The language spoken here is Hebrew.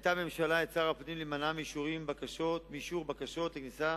הנחתה הממשלה את שר הפנים להימנע מאישור בקשות לכניסה